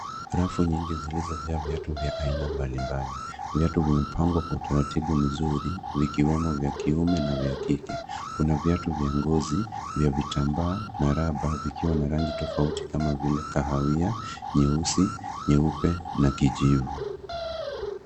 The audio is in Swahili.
Rafu nyingi zilizojaa viatu vya aina mbalimbali. Viatu vimepangwa kwa utaratibu mzuri, vikiwemo vya kiume na vya kike. Kuna viatu vya ngozi, vya vitambaa na raba vikiwa na rangi tofauti kama vile kahawia, nyeusi, nyeupe na klijivu.